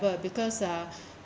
because ah